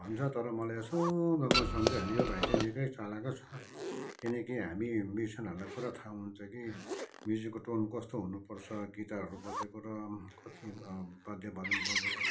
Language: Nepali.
भन्छ तर मैले यसो राम्ररी सम्झेँ होइन यो भाइ चाहिँ निकै चलाकै छ किनकि हामी म्युजियियनहरूलाई पुरा थाहा हुन्छ कि म्युजिकको टोन कस्तो हुनुपर्छ गिटारहरू बजेको र कति वाद्य वादन बजेको